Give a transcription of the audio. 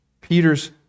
Peter's